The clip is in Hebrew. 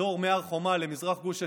האזור מהר חומה למזרח גוש עציון,